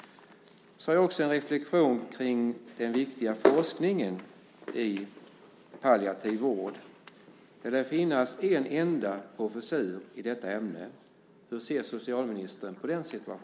Jag har också en reflexion kring den viktiga forskningen i palliativ vård. Det lär finnas en enda professur i detta ämne. Hur ser socialministern på det?